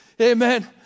Amen